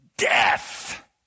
Death